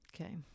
Okay